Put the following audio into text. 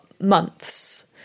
months